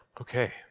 Okay